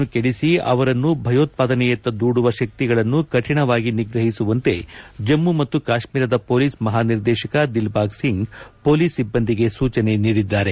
ಯುವಜನರ ಮನಸ್ಸುಗಳನ್ನು ಕೆಡಿಸಿ ಅವರನ್ನು ಭಯೋತ್ವಾದನೆಯತ್ತ ದೂಡುವ ಶಕ್ತಿಗಳನ್ನು ಕಠಣವಾಗಿ ನಿಗ್ರಹಿಸುವಂತೆ ಜಮ್ನು ಮತ್ತು ಕಾಶ್ಲೀರದ ಪೊಲೀಸ್ ಮಹಾನಿರ್ದೇಶಕ ದಿಲ್ಬಾಗ್ಸಿಂಗ್ ಪೊಲೀಸ್ ಸಿಬ್ದಂದಿಗೆ ಸೂಚನೆ ನೀಡಿದ್ದಾರೆ